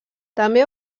també